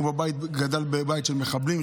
הוא גדל בבית של מחבלים,